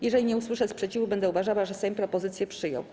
Jeżeli nie usłyszę sprzeciwu, będę uważała, że Sejm propozycje przyjął.